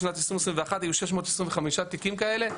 בשנת 2021 היו 625 תיקים כאלה,